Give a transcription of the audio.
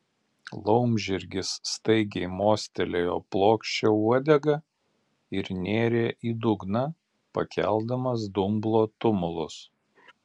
laumžirgis staigiai mostelėjo plokščia uodega ir nėrė į dugną pakeldamas dumblo tumulus